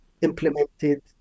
implemented